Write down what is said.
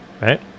right